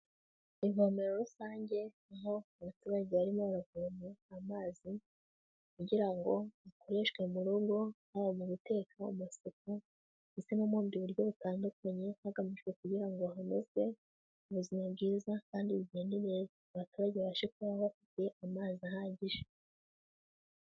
Ivomero rusange aho abaturage barimo baravoma amazi kugira ngo akoreshwe mu rugo: haba mu guteka, amasuku, ndetse n'ubundi buryo butandukanye, hagamijwe kugira ngo hanozwe ubuzima bwiza kandi bugende neza; abaturage babashe kuba bafite amazi ahagije.